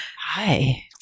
Hi